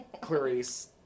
Clarice